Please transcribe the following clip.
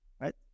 right